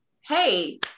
hey